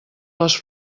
les